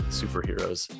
superheroes